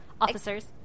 officers